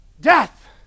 Death